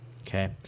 Okay